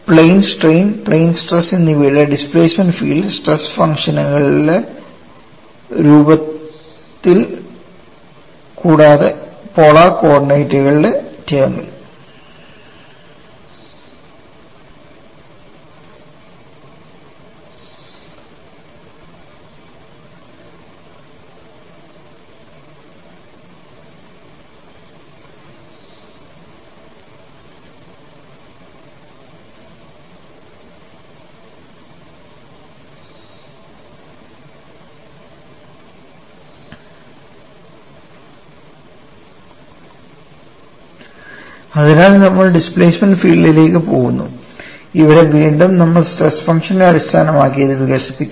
plain strain plain stress എന്നിവയുടെ displacement field stress ഫംഗ്ഷനുകളുടെ രൂപത്തിൽ കൂടാതെ പോളർ കോർഡിനേറ്റുകളുടെ ടേമിൽ അതിനാൽ നമ്മൾ ഡിസ്പ്ലേമെൻറ് ഫീൽഡ്ലേക്ക് പോകുന്നു ഇവിടെ വീണ്ടും നമ്മൾ സ്ട്രെസ് ഫംഗ്ഷനെ അടിസ്ഥാനമാക്കി അത് വികസിപ്പിക്കും